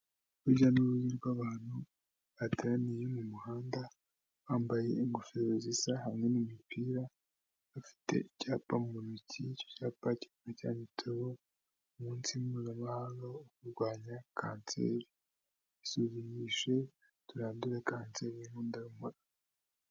Urujya n'uruza rw'abantu bateraniye mu muhanda, bambaye ingofero zisa hamwe n'umupira, bafite icyapa mu ntoki. Icyo cyapa kikaba cyanditseho umunsi mpuzamahanga wo kurwanya kanseri. Isuzumishe turandure kanseri y'inkondo y'umura.